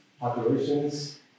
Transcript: populations